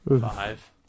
Five